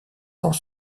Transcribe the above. cent